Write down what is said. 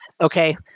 okay